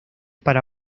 para